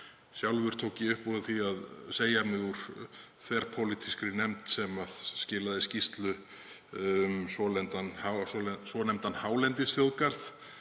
Sjálfur tók ég upp á því að segja mig úr þverpólitískri nefnd sem skilaði skýrslu um svonefndan hálendisþjóðgarð